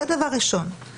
זה דבר ראשון.